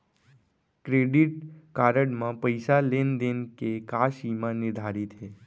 Credit card म पइसा लेन देन के का सीमा निर्धारित हे?